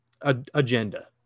agenda